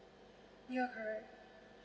ya correct